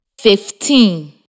fifteen